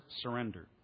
surrender